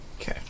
Okay